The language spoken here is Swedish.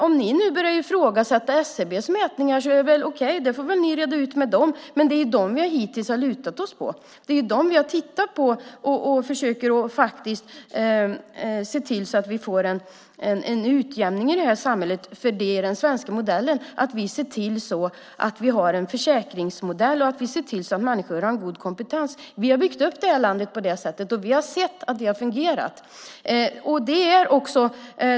Om ni börjar ifrågasätta SCB:s mätningar är det väl okej, och det får ni reda ut med dem. Men det är SCB som vi hittills har lutat oss mot. Det är uppgifter från SCB som vi har tittat på när vi försökt se till att få en utjämning i samhället. Den svenska modellen är att se till att vi har en försäkringsmodell och att människor har en god kompetens. Vi har byggt upp det här landet på det sättet. Vi har sett att det har fungerat.